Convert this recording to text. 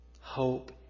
Hope